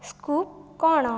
scoop କ'ଣ